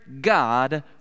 God